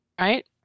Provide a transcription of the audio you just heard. Right